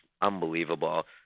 unbelievable